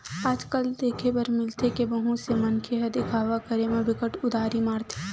आज कल देखे बर मिलथे के बहुत से मनखे ह देखावा करे म बिकट उदारी मारथे